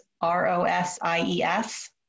R-O-S-I-E-S